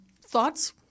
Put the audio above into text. Thoughts